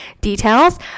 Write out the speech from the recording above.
details